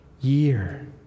year